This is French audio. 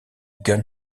gun